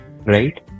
right